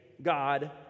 God